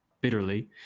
bitterly